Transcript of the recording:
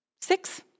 six